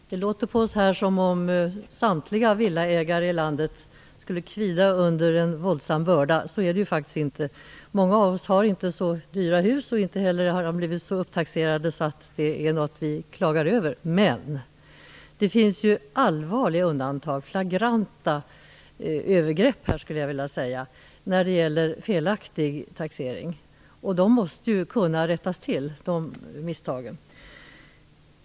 Fru talman! Det låter på oss här i kammaren som om samtliga villaägare i landet skulle kvida under en våldsam börda. Så är det faktiskt inte. Många av oss har inte så dyra hus, och inte heller har de blivit så upptaxerade att det är något vi klagar över. Men det finns allvarliga undantag - flagranta övergrepp, skulle jag vilja säga - i form av felaktig taxering. De misstagen måste kunna rättas till.